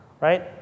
right